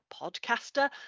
podcaster